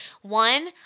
One